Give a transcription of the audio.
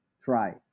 try